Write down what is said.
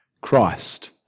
Christ